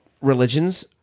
religions